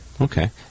Okay